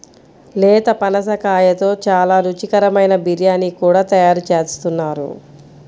లేత పనసకాయతో చాలా రుచికరమైన బిర్యానీ కూడా తయారు చేస్తున్నారు